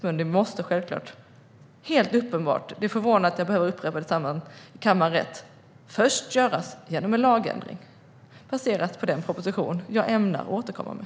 Men det måste självklart - det är förvånande att jag behöver upprepa det - först göras en lagändring, baserad på den proposition jag ämnar återkomma med.